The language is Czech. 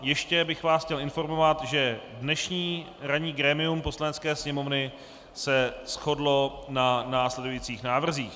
Ještě bych vás chtěl informovat, že dnešní ranní grémium Poslanecké sněmovny se shodlo na následujících návrzích: